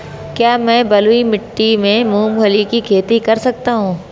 क्या मैं बलुई मिट्टी में मूंगफली की खेती कर सकता हूँ?